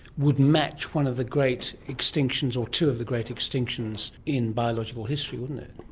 would match one of the great extinctions or two of the great extinctions in biological history, wouldn't it.